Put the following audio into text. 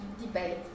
debate